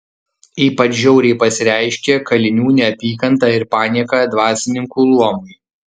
ypač žiauriai pasireiškė kalinių neapykanta ir panieka dvasininkų luomui